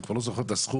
אני לא זוכר את הסכום,